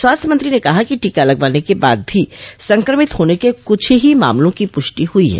स्वास्थ्य मंत्री ने कहा कि टीका लगवाने के बाद भी संक्रमित होने के कुछ ही मामलों की पुष्टि हुई है